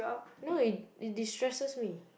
no it it destresses me